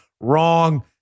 Wrong